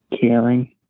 Caring